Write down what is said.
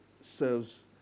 serves